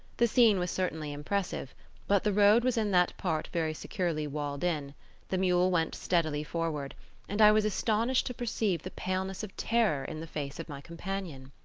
the scene was certainly impressive but the road was in that part very securely walled in the mule went steadily forward and i was astonished to perceive the paleness of terror in the face of my companion.